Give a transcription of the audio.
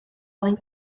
ofyn